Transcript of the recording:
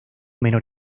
menor